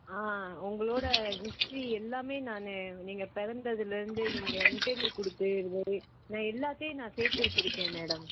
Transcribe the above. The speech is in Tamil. ஆ உங்களோட ஹிஸ்ட்ரி எல்லாமே நான் நீங்கள் பிறந்ததுலேருந்து நீங்கள் இன்டர்வியூ கொடுத்துல இருந்து நான் எல்லாத்தையும் நான் சேர்த்து வச்சுருக்கேன் மேடம்